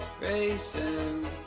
Racing